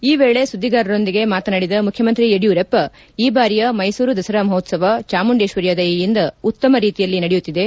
ಈ ವೇಳೆ ಸುದ್ದಿಗಾರರೊಂದಿಗೆ ಮಾತನಾಡಿದ ಮುಖ್ಯಮಂತ್ರಿ ಯಡಿಯೂರಪ್ಪ ಈ ಬಾರಿಯ ಮೈಸೂರು ದಸರಾ ಮಹೋತ್ಪವ ಚಾಮುಂಡೇಶ್ವರಿಯ ದಯೆಯಿಂದ ಉತ್ತಮ ರೀತಿಯಲ್ಲಿ ನಡೆಯುತ್ತಿದೆ